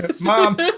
Mom